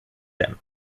them